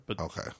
Okay